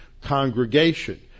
congregation